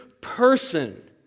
person